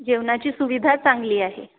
जेवणाची सुविधा चांगली आहे